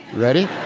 ready?